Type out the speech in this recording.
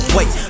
Wait